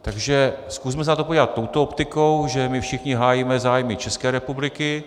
Takže zkusme se na to podívat touto optikou, že my všichni hájíme zájmy České republiky.